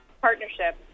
partnership